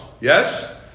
Yes